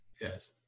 Yes